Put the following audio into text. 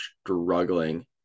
struggling